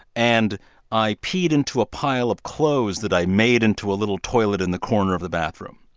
and i peed into a pile of clothes that i made into a little toilet in the corner of the bathroom,